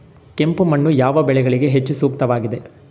ಕೆಂಪು ಮಣ್ಣು ಯಾವ ಬೆಳೆಗಳಿಗೆ ಹೆಚ್ಚು ಸೂಕ್ತವಾಗಿದೆ?